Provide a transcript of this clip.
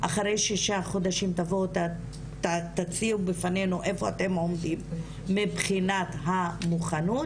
אחרי שישה חודשים תבואו תציעו בפנינו איפה אתם עומדים מבחינת המוכנות,